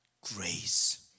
grace